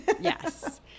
Yes